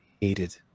hated